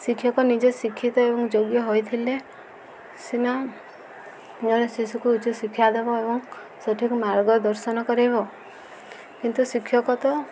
ଶିକ୍ଷକ ନିଜେ ଶିକ୍ଷିତ ଏବଂ ଯୋଗ୍ୟ ହୋଇଥିଲେ ସିନା ଜଣେ ଶିଶୁକୁ ଉଚ୍ଚ ଶିକ୍ଷା ଦେବ ଏବଂ ସଠିକ ମାର୍ଗ ଦର୍ଶନ କରିବ କିନ୍ତୁ ଶିକ୍ଷକ ତ